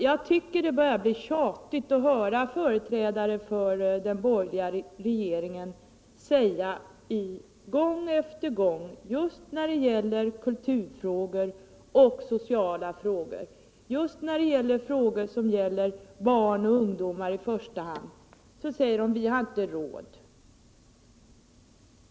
Jag tycker det börjar bli tjatigt att höra företrädare för den borgerliga regeringen gång på gång just när det gäller kulturfrågor och sociala frågor, i första hand frågor om barn och ungdom, säga: Vi har inte råd.